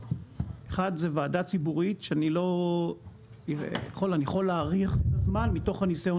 אחד זה ועדה ציבורית שאני יכול להעריך זמן מתוך הניסיון